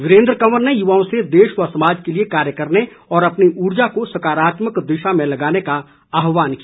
वीरेन्द्र कंवर ने युवाओं से देश व समाज के लिए कार्य करने और अपनी उर्जा को सकारात्मक दिशा में लगाने का आहवान किया